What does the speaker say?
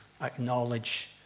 acknowledge